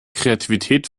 kreativität